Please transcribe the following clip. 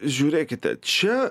žiūrėkite čia